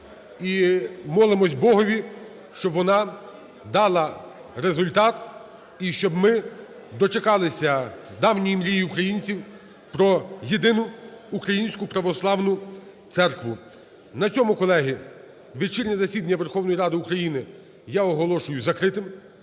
І молимося Богові, щоб вона дала результат і щоб ми дочекалися давньої мрії українців про Єдину Українську Православну Церкву. На цьому, колеги, вечірнє засідання Верховної Ради України я оголошую закритим.